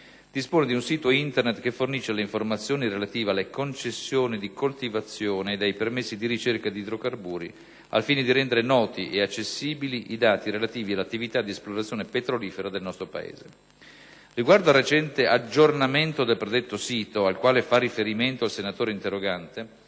dispone di un sito Internet che fornisce le informazioni relative alle concessioni di coltivazione ed ai permessi di ricerca di idrocarburi, al fine di rendere noti e accessibili i dati relativi all'attività di esplorazione petrolifera nel nostro Paese. Riguardo al recente "aggiornamento" del predetto sito, al quale fa riferimento il senatore interrogante,